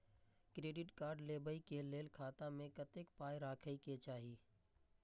Credit card लेबै के लेल खाता मे कतेक पाय राखै के चाही?